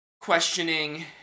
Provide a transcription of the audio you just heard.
questioning